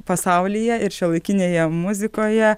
pasaulyje ir šiuolaikinėje muzikoje